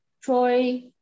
Troy